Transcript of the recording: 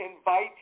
invite